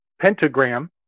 pentagram